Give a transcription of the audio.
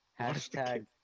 Hashtag